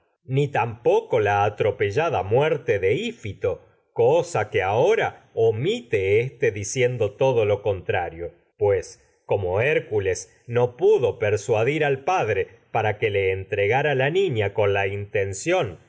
ni tampoco la atropellada muerte de ifito cosa que omite éste diciendo todo lo contrario ahóhér ra pues como cules no pudo persuadir al padre para que le entregara la intención de mantener con la